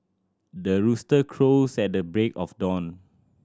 the rooster crows at the break of dawn